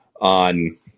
on